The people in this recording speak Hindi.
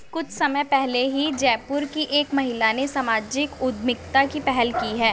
कुछ समय पहले ही जयपुर की एक महिला ने सामाजिक उद्यमिता की पहल की है